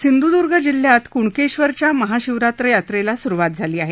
सिंधूदर्ग जिल्ह्यात क्णकेश्वरच्या महाशिवरात्र यात्रेला सुरुवात झाली आहे